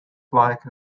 like